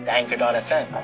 Anchor.fm